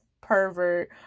pervert